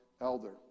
elder